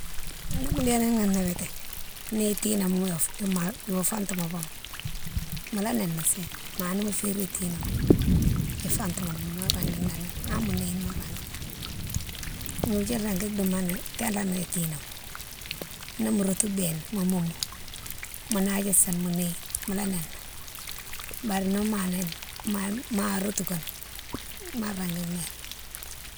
Ni mo léni noné biti, ni itiné ma wo fontouma bougma mola noné séne, ma nimo férine itiné ma ifontouma bougma mo wa régui noné hanne mo néyine mo wa régui noné. Nire fé régui dimoni talé mo tinama ni mo rotou bénan mo moumou mo nadjé sini mo néhine mola noné bari ni ma noné, ma rotou koune ma régui néyine.